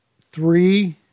three